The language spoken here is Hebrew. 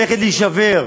להישבר,